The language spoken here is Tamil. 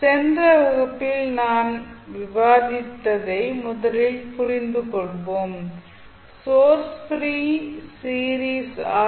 சென்ற வகுப்பில் நாம் விவாதித்ததை முதலில் புரிந்து கொள்வோம் சோர்ஸ் ப்ரீ சீரிஸ் ஆர்